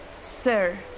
Sir